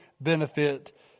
benefit